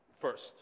first